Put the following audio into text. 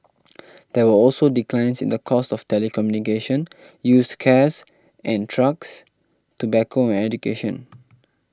there were also declines in the cost of telecommunication used cares and trucks tobacco and education